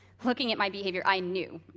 looking at my behavior, i knew